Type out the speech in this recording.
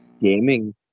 gaming